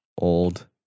old